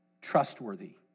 trustworthy